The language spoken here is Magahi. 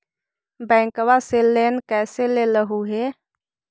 बैंकवा से लेन कैसे लेलहू हे?